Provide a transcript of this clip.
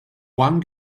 one